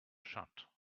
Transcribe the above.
shut